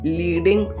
leading